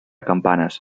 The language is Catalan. campanes